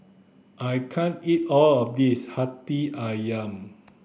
I can't eat all of this Hati Ayam